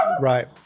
Right